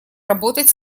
работать